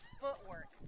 footwork